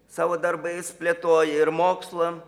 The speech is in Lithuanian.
savo darbais plėtoja ir mokslą